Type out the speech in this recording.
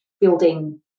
building